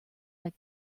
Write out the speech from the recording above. like